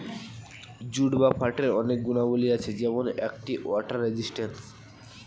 jute বা পাটের অনেক গুণাবলী আছে যেমন এটি ওয়াটার রেজিস্ট্যান্স